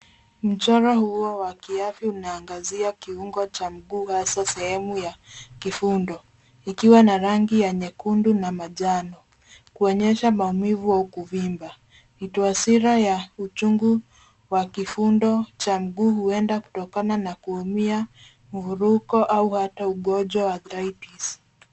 Mchoro huo wa kiafya unaangazia kiungo cha mguu, hasa sehemu ya kifundo, ikiwa na rangi ya nyekundu na manjano kuonyesha maumivu au kuvimba. Ni taswira ya uchungu wa kifundo cha mguu, huenda kutokana na kuumia, mvuruko au hata ugonjwa wa athritis .